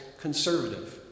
conservative